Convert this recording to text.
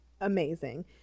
amazing